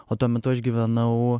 o tuo metu aš gyvenau